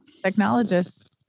Technologists